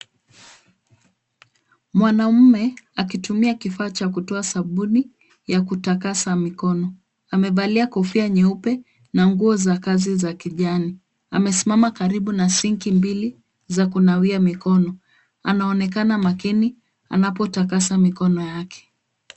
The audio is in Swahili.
Mwanamume akitumia kifaa cha kutoa sabuni ya kutakasa mikono. Amevalia kofia nyeupe na nguo za kazi za kijani. Amesimama karibu na sinki mbili za kunawia mikono. Anaonekana makini anapotakasa mikono yake.